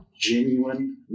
genuine